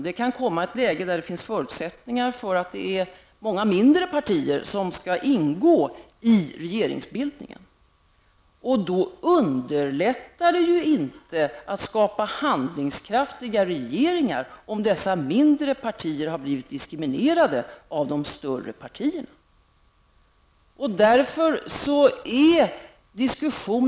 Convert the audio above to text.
Vi kan komma i ett läge där det finns förutsättningar för att många mindre partier skall ingå i regeringsbildningen. Det blir ju inte lättare att skapa handlingskraftiga regeringar om dessa mindre partier då har blivit diskriminerade av de större partierna.